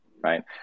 right